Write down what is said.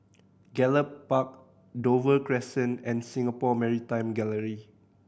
Gallop Park Dover Crescent and Singapore Maritime Gallery